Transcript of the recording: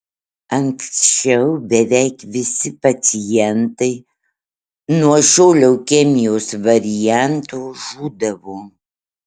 anksčiau beveik visi pacientai nuo šio leukemijos varianto žūdavo